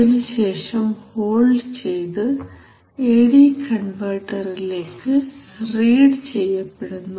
അതിനുശേഷം ഹോൾഡ് ചെയ്തു A D കൺവെർട്ടറിലേക്ക് റീഡ് ചെയ്യപ്പെടുന്നു